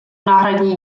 náhradní